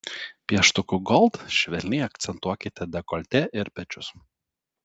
pieštuku gold švelniai akcentuokite dekoltė ir pečius